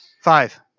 Five